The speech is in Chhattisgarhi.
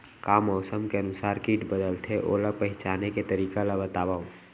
का मौसम के अनुसार किट बदलथे, ओला पहिचाने के तरीका ला बतावव?